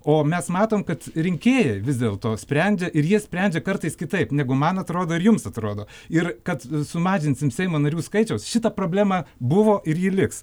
o mes matom kad rinkėjai vis dėlto sprendžia ir jie sprendžia kartais kitaip negu man atrodo ir jums atrodo ir kad sumažinsim seimo narių skaičiaus šita problema buvo ir ji liks